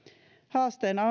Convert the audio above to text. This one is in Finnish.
haasteena